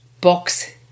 box